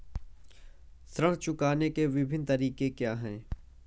ऋण चुकाने के विभिन्न तरीके क्या हैं?